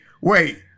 wait